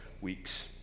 weeks